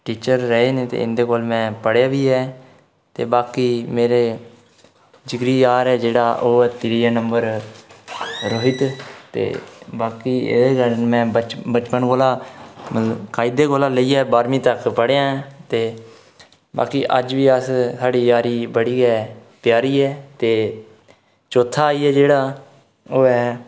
teacher रेह् ने ते इं'दे कोल मै पढ़ेआ बी आं ते बाकी मेरे जिगरी यार ऐ जेह्ड़ा ओह् ऐ त्रीआ नम्बर रोहित बाकी एह्दे कन्नै में बचपन कोला मतलब कायदे कोला लेइयै बारह्मीं तक पढ़ेआं ते बाकी अज्ज बी अस साढ़ी यारी बड़ी गै प्यारी ऐ ते चौथा आई गेआ जेह्ड़ा ओह् ऐ